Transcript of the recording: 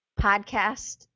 podcast